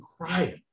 crying